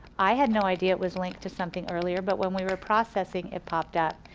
i had no idea it was linked to something earlier but when we were processing, it popped up.